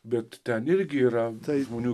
bet ten irgi yra žmonių